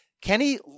Kenny